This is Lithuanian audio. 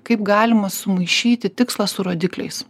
kaip galima sumaišyti tikslą su rodikliais